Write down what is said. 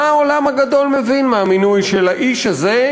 מה העולם הגדול מבין מהמינוי של האיש הזה,